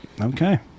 Okay